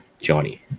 Johnny